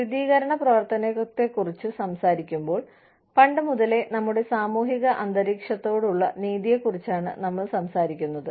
സ്ഥിരീകരണ പ്രവർത്തനത്തെക്കുറിച്ച് സംസാരിക്കുമ്പോൾ പണ്ടുമുതലേ നമ്മുടെ സാമൂഹിക അന്തരീക്ഷത്തോടുള്ള നീതിയെക്കുറിച്ചാണ് നമ്മൾ സംസാരിക്കുന്നത്